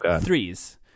threes